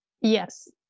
Yes